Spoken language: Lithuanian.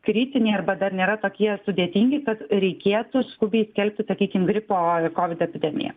kritiniai arba dar nėra tokie sudėtingi kad reikėtų skubiai skelbti sakykim gripo ar kovido epidemiją